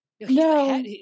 no